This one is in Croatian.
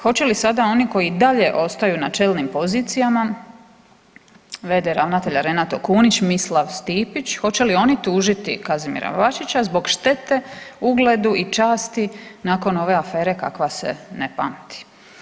Hoće li sad oni koji i dalje ostaju na čelnim pozicijama, v.d. ravnatelja Renato Kunić, Mislav Stipić, hoće li oni tužiti Kazimira Bačića zbog štete ugledu i časti nakon ove afere kakva se ne pamti?